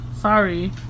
sorry